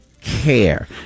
Care